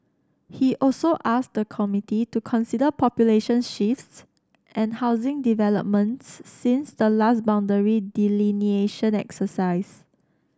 he also asked the committee to consider population shifts and housing developments since the last boundary delineation exercise